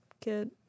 kid